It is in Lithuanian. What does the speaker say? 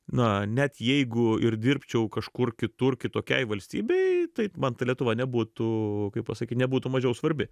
na net jeigu ir dirbčiau kažkur kitur kitokiai valstybei tai man ta lietuva nebūtų kaip pasakyt nebūtų mažiau svarbi